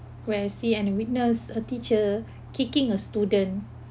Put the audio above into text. where I see and witness a teacher kicking a student